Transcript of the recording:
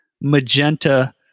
magenta